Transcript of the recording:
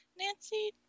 nancy